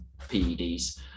PEDs